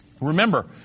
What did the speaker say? Remember